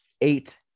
eight